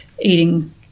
eating